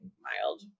mild